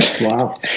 Wow